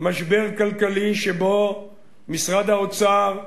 משבר כלכלי שבו משרד האוצר,